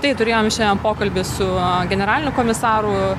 tai turėjom šiandien pokalbį su generaliniu komisaru